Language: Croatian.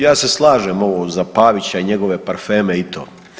Ja se slažem ovo za Pavića i njegove parfeme i to.